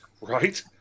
right